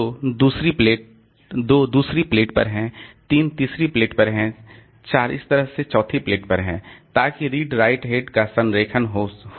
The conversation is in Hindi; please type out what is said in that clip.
तो 2 दूसरी प्लेट पर है 3 तीसरी प्लेट पर है 4 इस तरह चौथी प्लेट पर है ताकि रीड राइट हेड का संरेखण हो